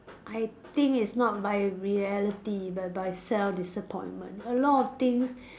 I think it's not by reality but by self disappointment a lot of things